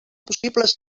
possibles